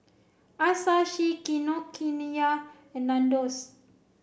Asahi Kinokuniya and Nandos